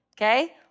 Okay